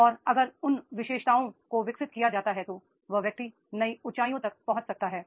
और अगर उन विशेषताओं को विकसित किया जाता है तो वह व्यक्ति नई ऊंचाइयों तक पहुंच सकता है